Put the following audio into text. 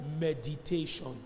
meditation